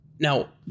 Now